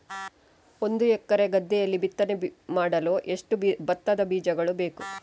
ಒಂದು ಎಕರೆ ಗದ್ದೆಯಲ್ಲಿ ಬಿತ್ತನೆ ಮಾಡಲು ಎಷ್ಟು ಭತ್ತದ ಬೀಜಗಳು ಬೇಕು?